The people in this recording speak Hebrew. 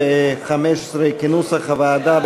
כנוסח הוועדה,